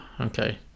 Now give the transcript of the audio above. Okay